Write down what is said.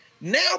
Now